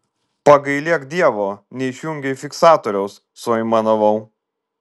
pagailėk dievo neišjungei fiksatoriaus suaimanavau